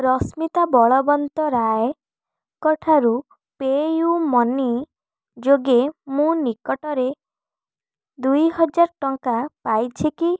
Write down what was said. ରଶ୍ମିତା ବଳବନ୍ତରାୟଙ୍କ ଠାରୁ PayUmoney ଯୋଗେ ମୁଁ ନିକଟରେ ଦୁଇ ହଜାର ଟଙ୍କା ପାଇଛି କି